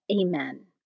Amen